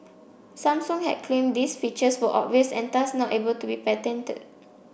Samsung had claimed these features were obvious and thus not able to be patented